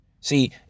see